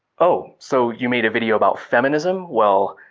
oh, so you made a video about feminism? well,